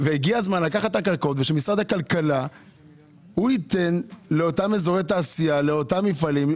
ושמשרד הכלכלה ייתן לאותם אזורי תעשייה ומפעלים,